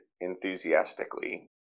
enthusiastically